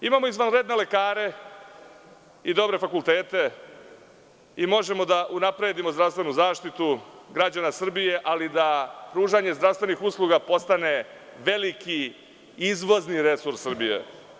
Imamo izvanredne lekare i dobre fakultete i možemo da unapredimo zdravstvenu zaštitu građana Srbije, ali da pružanje zdravstvenih usluga postane veliki izvozni resurs Srbije.